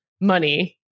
money